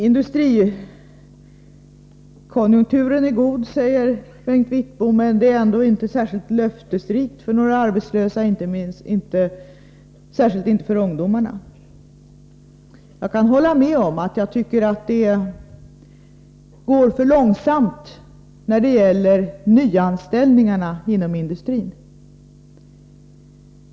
Industrikonjunkturen är god, säger Bengt Wittbom, men det är ändå inte särskilt löftesrikt för de arbetslösa, särskilt inte för ungdomarna. Jag kan hålla med om att det går för långsamt när det gäller nyanställningarna inom industrin.